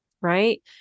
Right